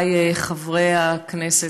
וחבריי חברי הכנסת.